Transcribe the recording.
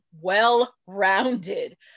well-rounded